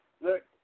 Look